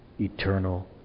eternal